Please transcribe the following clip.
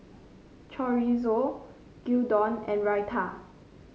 Chorizo Gyudon and Raita